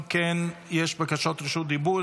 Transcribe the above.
אם כן, יש בקשות רשות דיבור.